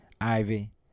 Ivy